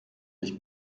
ich